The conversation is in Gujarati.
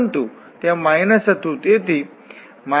તેથી આ dot product cos t sin t t t હશે